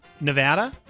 Nevada